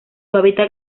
hábitat